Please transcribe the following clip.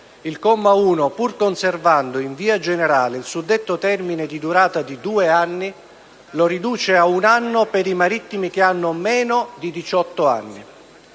il comma 1, pur conservando in via generale il suddetto termine di durata di due anni, lo riduce a un anno per i marittimi che hanno meno di diciotto